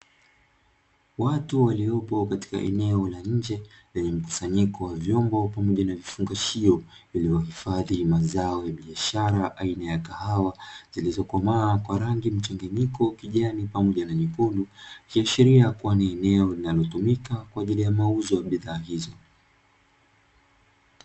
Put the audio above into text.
Watu waliopo katika eneo la nje lenye mkusanyiko wa vyombo pamoja na vifungashio vilivyohifadhi mazao ya biashara aina ya kahawa zilizokomaa kwa rangi mchanganyiko kijani pamoja na nyekundu, ikiashiria kua ni eneo linalotumika kwa ajili ya mauzo ya bidhaa hizo.